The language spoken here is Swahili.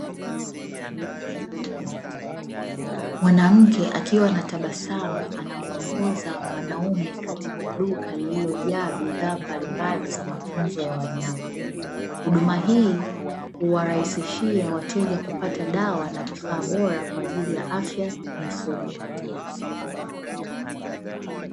Mwanamke akiwa anatabasamu anamuongoza mwanaume katika duka lililojaa bishaa mbalimbali za matunzo ya wanyama. Huduma hii huwarahisishia wateja kupata dawa na vifaa bora kwa ajili ya afya ya mifugo.